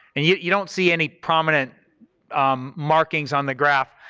and you you don't see any prominent markings on the graph,